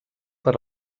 per